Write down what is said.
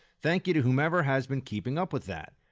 thank you to whomever has been keeping up with that.